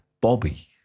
Bobby